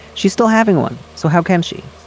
she's still having one. so how can she.